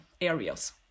areas